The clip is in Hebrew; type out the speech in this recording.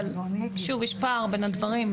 אבל שוב, יש פער בין הדברים.